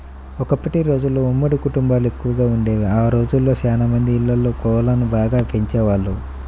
ఒకప్పటి రోజుల్లో ఉమ్మడి కుటుంబాలెక్కువగా వుండేవి, ఆ రోజుల్లో చానా మంది ఇళ్ళల్లో కోళ్ళను బాగా పెంచేవాళ్ళు